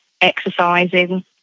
exercising